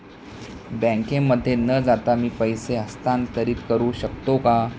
बँकेमध्ये न जाता मी पैसे हस्तांतरित करू शकतो का?